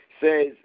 says